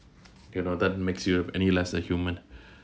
you know that makes you any less a human